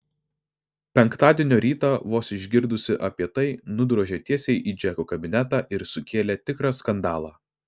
penktadienio rytą vos išgirdusi apie tai nudrožė tiesiai į džeko kabinetą ir sukėlė tikrą skandalą